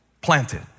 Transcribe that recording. planted